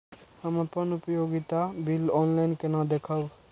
हम अपन उपयोगिता बिल ऑनलाइन केना देखब?